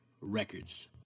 Records